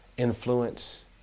Influence